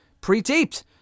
pre-taped